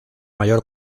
mayor